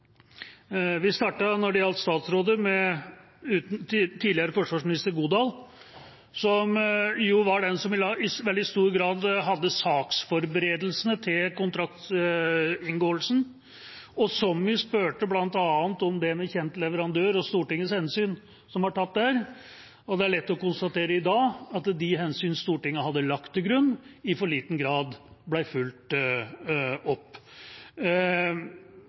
Når det gjaldt statsråder, startet vi med tidligere forsvarsminister Godal, som var den som i veldig stor grad hadde saksforberedelsene til kontraktsinngåelsen, og som vi spurte bl.a. om det med kjent leverandør og om Stortingets hensyn ble tatt der. Det er lett å konstatere i dag at de hensyn Stortinget hadde lagt til grunn, i for liten grad ble fulgt opp.